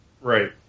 Right